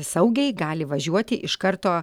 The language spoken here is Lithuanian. saugiai gali važiuoti iš karto